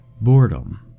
boredom